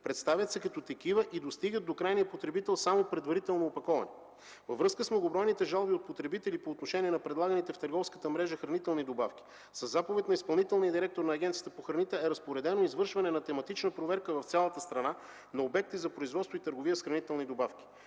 представят се като такива и достигат до крайния потребител само предварително опаковани. Във връзка с многобройните жалби от потребители по отношение на предлаганите в търговската мрежа хранителни добавки, със заповед на изпълнителния директор на Агенцията по храните, е разпоредено извършване на тематична проверка в цялата страна на обекти за производство и търговия с хранителни добавки.